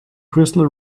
crystal